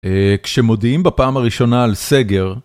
כשמודיעים בפעם הראשונה על סגר...